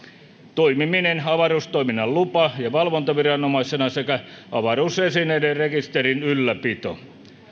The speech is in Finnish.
toimiminen avaruustoiminnan lupa ja valvontaviranomaisena sekä avaruusesineiden rekisterin ylläpito